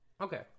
Okay